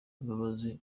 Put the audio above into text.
imbabazi